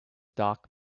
doc